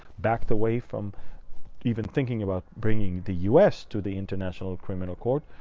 backed away from even thinking about bringing the u s. to the international criminal court.